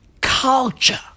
Culture